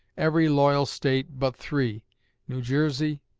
every loyal state but three new jersey,